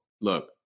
look